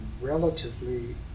relatively